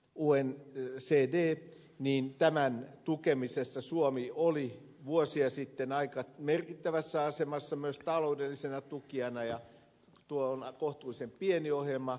uuen se ohjelman eli unccdn tukemisessa suomi oli vuosia sitten merkittävässä asemassa myös taloudellisena tukijana ja tuo on kohtuullisen pieni ohjelma